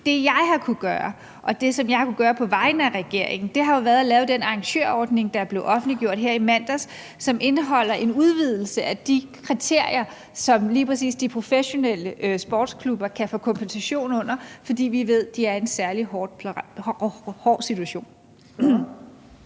Det, jeg har kunnet gøre, og det, som jeg har kunnet gøre på vegne af regeringen, har jo været at lave den arrangørordning, der er blevet offentliggjort her i mandags, som indeholder en udvidelse af de kriterier, som lige præcis de professionelle sportsklubber kan få kompensation efter, fordi vi ved, de er i en særlig hård situation.